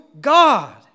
God